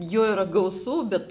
jo yra gausu bet